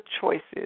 choices